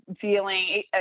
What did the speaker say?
feeling